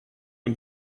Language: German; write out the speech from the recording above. und